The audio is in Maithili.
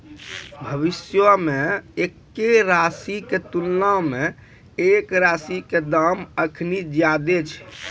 भविष्यो मे एक्के राशि के तुलना मे एक राशि के दाम अखनि ज्यादे छै